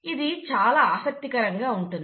ఇది చాలా ఆసక్తికరంగా ఉంటుంది